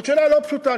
זו שאלה לא פשוטה.